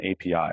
API